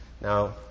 Now